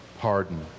pardon